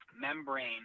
membrane